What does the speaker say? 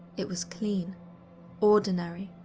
it was clean ordinary.